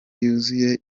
yuzuye